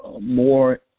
more